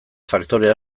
faktore